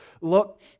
look